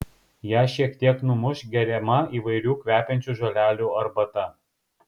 ją šiek tiek numuš geriama įvairių kvepiančių žolelių arbata